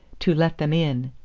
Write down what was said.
to let them in.